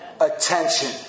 attention